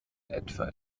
etwa